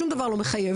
שום דבר לא מחייב,